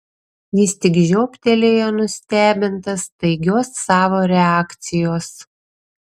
jis tik žioptelėjo nustebintas staigios savo reakcijos